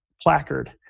placard